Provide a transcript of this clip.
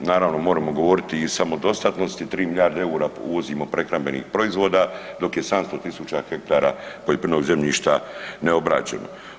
Naravno, moramo govoriti i o samodostatnosti, 3 milijarde eura uvozimo prehrambenih proizvoda, dok je 700 tisuća hektara poljoprivrednog zemljišta neobrađeno.